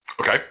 Okay